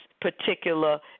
particular